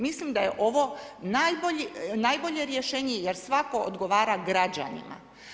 Mislim da je ovo najbolje rješenje jer svatko odgovara građanima.